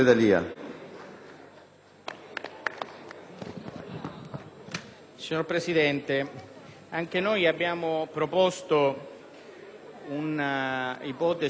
Signor Presidente, anche noi abbiamo proposto un'ipotesi di sostituzione del testo dell'attuale